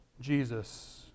Jesus